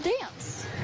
dance